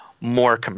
more